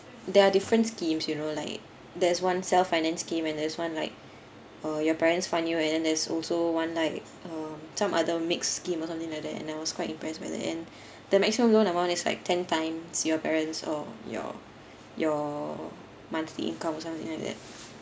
there are different schemes you know like there's one self finance scheme and there's one like uh your parents fund you and then there's also one like uh some other mixed scheme or something like that and I was quite impressed by the end the maximum loan amount is like ten times your parents or your your monthly income or something like that